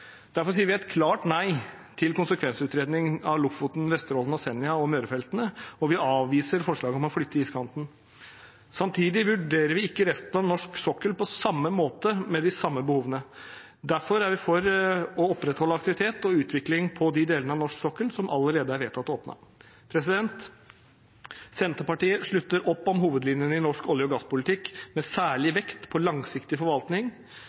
sier derfor et klart nei til konsekvensutredning av Lofoten, Vesterålen, Senja og Møre-feltene, og vi avviser forslag om å flytte iskanten. Samtidig vurderer vi ikke resten av norsk sokkel på samme måte med de samme behovene. Derfor er vi for å opprettholde aktivitet og utvikling på de delene av norsk sokkel som allerede er vedtatt åpnet. Senterpartiet slutter opp om hovedlinjene i norsk olje- og gasspolitikk med særlig vekt på langsiktig forvaltning,